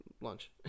lunch